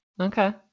Okay